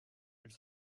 elle